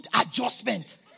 adjustment